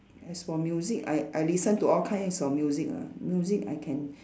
as for music I I listen to all kinds of music ah music I can